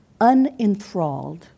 unenthralled